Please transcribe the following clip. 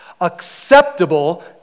acceptable